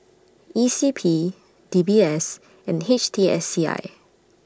E C P D B S and H T S C I